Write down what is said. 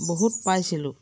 বহুত পাইছিলোঁ